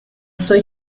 soy